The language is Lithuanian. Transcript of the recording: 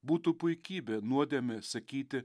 būtų puikybė nuodėmė sakyti